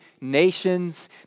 nations